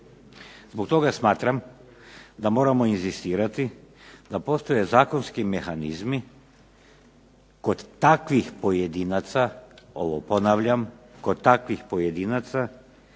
Zbog toga smatram da moramo inzistirati da postoje zakonski mehanizmi kod takvih pojedinaca, ovo ponavljam, kod takvih pojedinaca